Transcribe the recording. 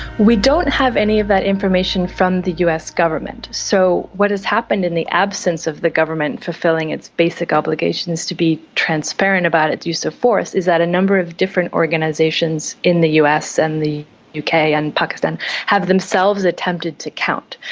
we don't have any of that information from the us government, so what has happened in the absence of the government fulfilling its basic obligations to be transparent about its use of force is that a number of different organisations in the us and in the uk and pakistan have themselves attempted to count.